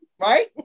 right